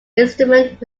instrument